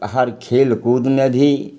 हर खेलकूदमे भी